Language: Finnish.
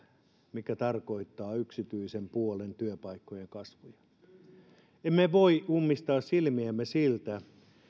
mitkä tarkoittavat yksityisen puolen työpaikkojen kasvua emme voi ummistaa silmiämme siltä